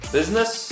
Business